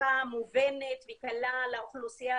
ובשפה מובנת וקלה לאוכלוסייה,